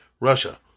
Russia